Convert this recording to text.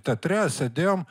teatre sėdėjom